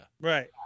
Right